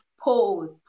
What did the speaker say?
pose